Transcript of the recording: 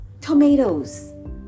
tomatoes